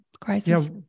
crisis